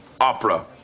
opera